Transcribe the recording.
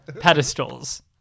pedestals